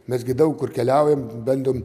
mes gi daug kur keliaujam bandom